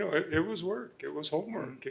it was work. it was homework.